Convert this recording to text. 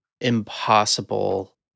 impossible